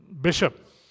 Bishop